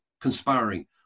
conspiring